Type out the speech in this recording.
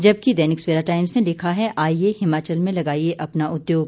जबकि दैनिक सवेरा टाइम्स ने लिखा है आईये हिमाचल में लगाइये अपना उद्योग